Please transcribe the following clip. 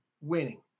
winning